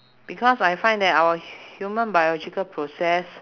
because I find that our hu~ human biological process